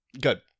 Good